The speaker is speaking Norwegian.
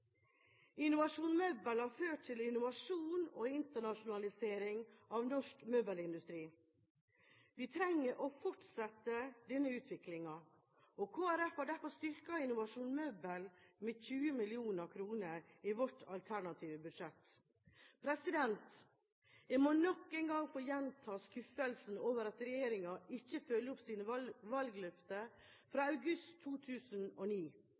Innovasjon Møbel har ført til innovasjon og internasjonalisering av norsk møbelindustri. Vi trenger å fortsette denne utviklingen. Kristelig Folkeparti har derfor styrket Innovasjon Møbel med 20 mill. kr i sitt alternative budsjett. Jeg må nok en gang få gjenta skuffelsen over at regjeringen ikke følger opp sine valgløfter fra august 2009.